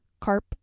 carp